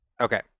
Okay